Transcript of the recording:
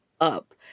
up